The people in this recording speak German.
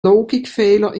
logikfehler